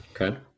Okay